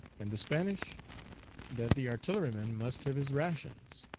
and the spanish that the artilleryman must have his rations.